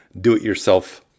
do-it-yourself